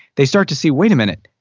they start to see, wait a minute.